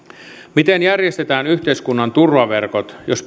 miten järjestetään yhteiskunnan turvaverkot jos